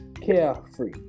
carefree